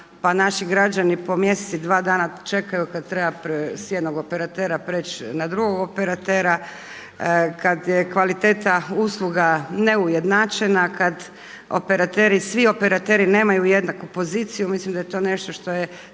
naši građani po mjesec i dva dana čekaju kada trebaju s jednog operatera preći na drugog operatera, kada je kvaliteta usluga neujednačena, kada operateri, svi operateri nemaju jednaku poziciju, mislim da je to nešto što je